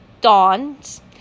dawns